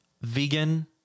vegan